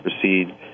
proceed